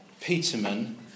Peterman